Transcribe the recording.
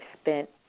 spent